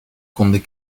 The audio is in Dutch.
konden